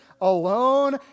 alone